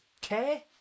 care